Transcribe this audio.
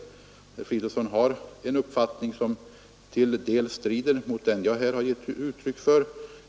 Herr Fridolfsson har en uppfattning som delvis strider mot den jag här har gett uttryck för.